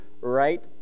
right